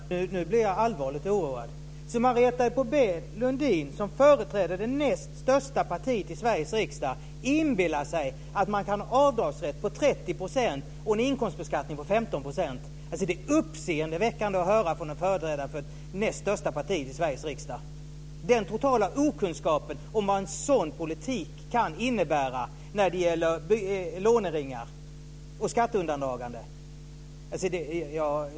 Fru talman! Nu blir jag allvarligt oroad. Marietta de Pourbaix-Lundin som företräder det näst största partiet i Sveriges riksdag inbillar sig tydligen att man kan ha en 30-procentig avdragsrätt och en inkomstskatt på 15 %. Det är uppseendeväckande att det från en företrädare för det näst största partiet i Sveriges riksdag visas en så total okunskap om vad en sådan politik kan innebära när det gäller "låneringar" och skatteundandragande.